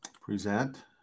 Present